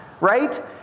Right